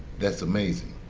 that's amazing.